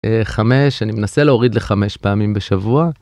5 אני מנסה להוריד ל 5 פעמים בשבוע.